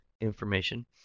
information